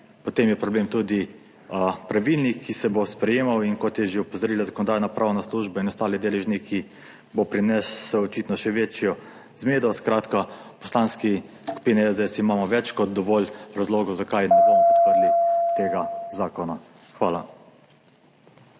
Potem je problem tudi pravilnik, ki se bo sprejemal, inkot so že opozorili Zakonodajno-pravna služba in ostali deležniki, bo prinesel očitno še večjo zmedo. Skratka, v Poslanski skupini SDS imamo več kot dovolj razlogov, zakaj ne bomo podprli tega zakona. Hvala.